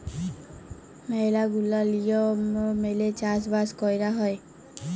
ম্যালা গুলা লিয়ম মেলে চাষ বাস কয়রা হ্যয়